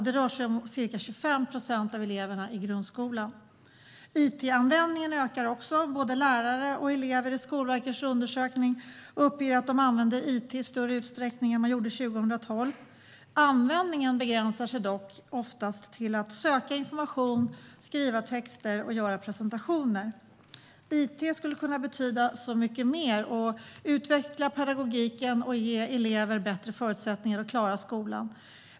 Det rör sig om ca 25 procent av eleverna i grundskolan. It-användningen ökar också. Både lärare och elever i Skolverkets undersökning uppger att de använder it i större utsträckning än 2012. Användningen begränsar sig dock oftast till att söka information, skriva texter och göra presentationer. It skulle kunna betyda så mycket mer; att utveckla pedagogiken och ge elever bättre förutsättningar att klara skolan.